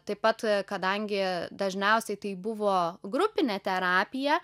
taip pat kadangi dažniausiai tai buvo grupinė terapija